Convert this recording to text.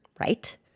Right